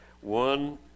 one